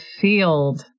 field